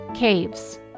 Caves